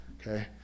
Okay